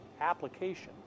application